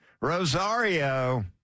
Rosario